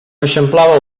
eixamplava